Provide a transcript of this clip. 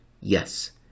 Yes